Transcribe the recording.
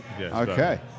Okay